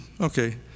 Okay